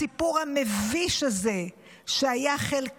הסיפור המביש הזה שהיה מנת